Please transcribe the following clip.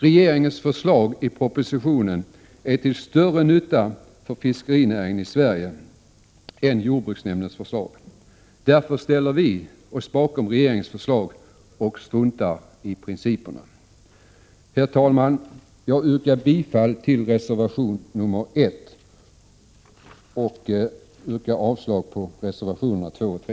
Regeringens förslag i propositionen är till större nytta för fiskerinäringen i Sverige än jordbruksnämndens förslag. Därför ställer vi oss bakom regeringens förslag och struntar i principerna. Herr talman! Jag yrkar bifall till reservation 1 och avslag på reservationerna 2 och 3.